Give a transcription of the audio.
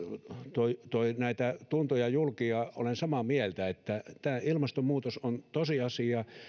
toi toi näitä tuntoja julki ja olen samaa mieltä että ilmastonmuutos on tosiasia